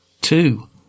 two